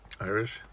Irish